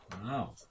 Wow